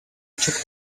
took